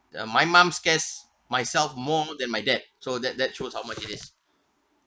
uh my mom scarce myself more than my dad so that that show how much it is